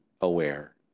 aware